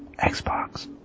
Xbox